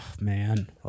man